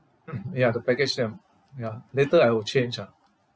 ya the package with them ya later I will change ah